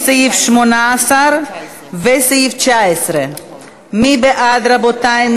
סעיף 18 וסעיף 19. מי בעד, רבותי?